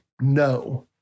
No